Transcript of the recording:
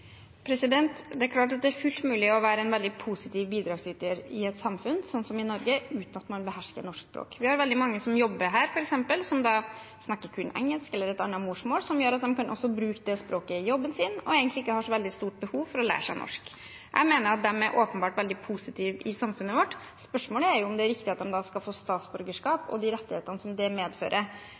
Det er klart fullt mulig å være en veldig positiv bidragsyter i et samfunn som Norge, uten å beherske norsk språk. Vi har veldig mange som jobber her, som f.eks. snakker kun engelsk eller et annet morsmål, som gjør at de også kan bruke det språket i jobben sin og egentlig ikke har så veldig stort behov for å lære seg norsk. Jeg mener at det åpenbart er veldig positivt for samfunnet vårt. Spørsmålet er om det er riktig at de skal få statsborgerskap og de rettighetene som det medfører.